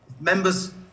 members